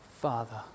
Father